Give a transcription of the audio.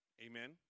Amen